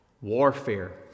Warfare